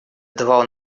давал